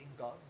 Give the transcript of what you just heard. God